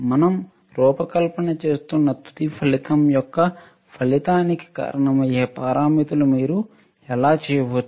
మనం రూపకల్పన చేస్తున్న తుది ఫలితం యొక్క ఫలితానికి కారణమయ్యే పారామితులు మీరు ఎలా చేయవచ్చు